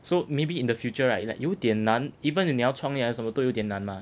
so maybe in the future right like 有点难 even if 你要创业还什么都有点难嘛